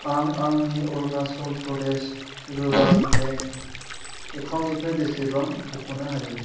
आं आंनि Arunachal Pradesh rural bank एकाउन्टनिफ्राय बेसेबां बख'नो हायो